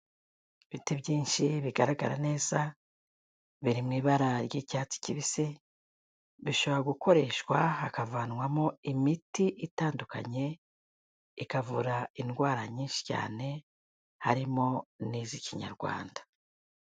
Ibiti byinshi bigaragara neza biri mu ibara ry'icyatsi kibisi, bishobora gukoreshwa hakavanwamo imiti itandukanye, ikavura indwara nyinshi cyane, harimo n'iz'ikinyarwanda.